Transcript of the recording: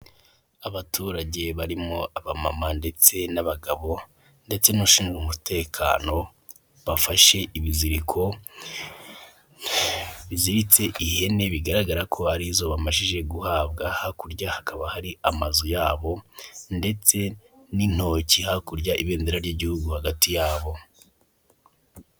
Abaturage barimo abamama ndetse n'abagabo ndetse n'ushinzwe umutekano, bafashe ibiziriko biziritse ihene bigaragara ko arizo bamajije guhabwa, hakurya hakaba hari amazu yabo ndetse n'ntoki hakurya ibendera ry'igihugu hagati yabo.